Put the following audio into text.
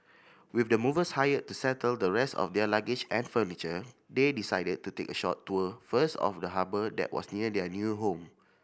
with the movers hired to settle the rest of their luggage and furniture they decided to take a short tour first of the harbour that was near their new home